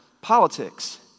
politics